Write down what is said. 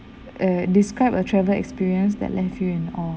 uh describe a travel experience that left you in awe